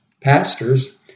pastors